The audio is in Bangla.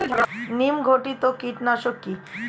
নিম ঘটিত কীটনাশক কি?